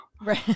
Right